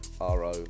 R-O